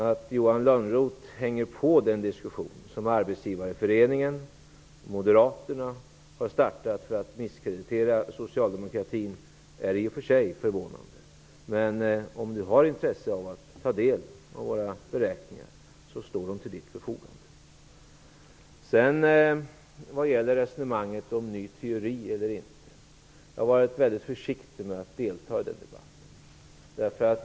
Att Johan Lönnroth hänger på den diskussion som Arbetsgivareföreningen och moderaterna har startat för att misskreditera socialdemokratin är i och för sig förvånande. Men om Johan Lönnroth har intresse av att ta del av våra beräkningar står de till hans förfogande. Jag har varit väldigt försiktig att delta i debatten om ny teori eller inte.